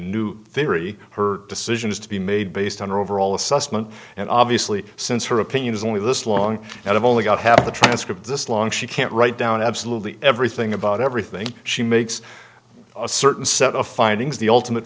new theory her decision has to be made based on her overall assessment and obviously since her opinion is only this long and i've only got half the transcript this long she can't write down absolutely everything about everything she makes a certain set of findings the ultimate